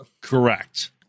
Correct